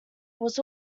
was